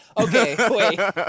okay